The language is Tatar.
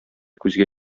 күзгә